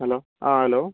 hello ആ hello